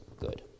good